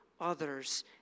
others